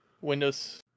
Windows